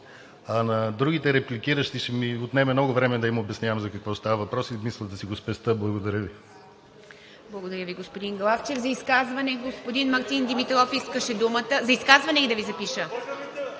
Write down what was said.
А на другите репликиращи ще ми отнеме много време да им обяснявам за какво става въпрос и мисля да си го спестя. Благодаря Ви.